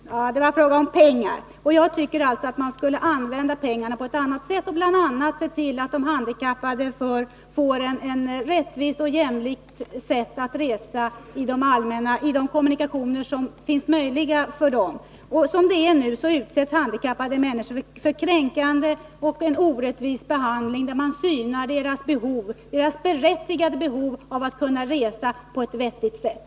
Herr talman! Det var fråga om pengar. Jag tycker att man skall använda pengarna på ett annat sätt och bl.a. se till att de handikappade kan resa på ett rättvist och jämlikt sätt med de kommunikationer som de har möjlighet att utnyttja. Som det är nu utsätts handikappade människor för en kränkande och orättvis behandling. Man synar deras behov, deras berättigade behov, av att kunna resa på ett vettigt sätt.